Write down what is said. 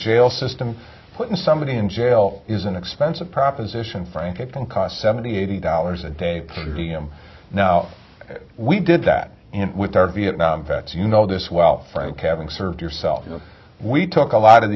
jail system putting somebody in jail is an expensive proposition frank and cost seventy eighty dollars a day now we did that with our vietnam vets you know this well frank having served yourself you know we took a lot of